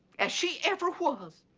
as she ever was.